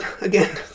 again